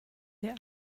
der